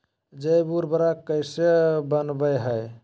जैव उर्वरक कैसे वनवय हैय?